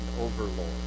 Overlord